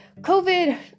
COVID